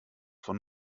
von